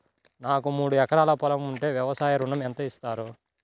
నాకు మూడు ఎకరాలు పొలం ఉంటే వ్యవసాయ ఋణం ఎంత ఇస్తారు?